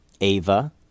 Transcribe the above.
Ava